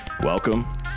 Welcome